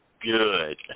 good